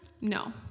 No